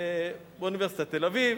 באוניברסיטת תל-אביב.